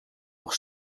nog